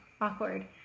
awkward